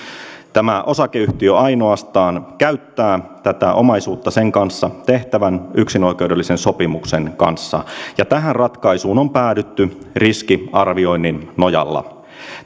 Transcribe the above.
tämä osakeyhtiö ainoastaan käyttää tätä omaisuutta sen kanssa tehtävän yksinoikeudellisen sopimuksen kanssa tähän ratkaisuun on päädytty riskiarvioinnin nojalla